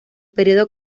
período